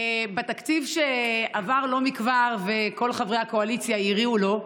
בתקציב שעבר לא מכבר וכל חברי הקואליציה הריעו לו,